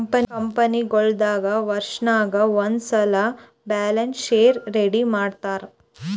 ಕಂಪನಿಗೊಳ್ ದಾಗ್ ವರ್ಷನಾಗ್ ಒಂದ್ಸಲ್ಲಿ ಬ್ಯಾಲೆನ್ಸ್ ಶೀಟ್ ರೆಡಿ ಮಾಡ್ತಾರ್